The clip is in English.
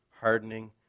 hardening